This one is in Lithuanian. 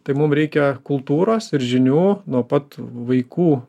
tai mum reikia kultūros ir žinių nuo pat vaikų